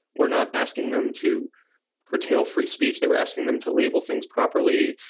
we're not asking them to curtail free speech. they were asking them to label things properly,